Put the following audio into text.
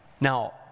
Now